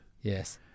Yes